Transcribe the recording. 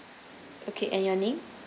okay and your name